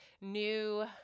New